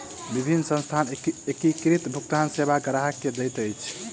विभिन्न संस्थान एकीकृत भुगतान सेवा ग्राहक के दैत अछि